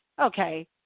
Okay